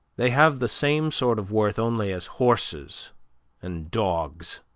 they have the same sort of worth only as horses and dogs.